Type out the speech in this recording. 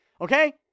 Okay